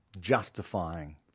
justifying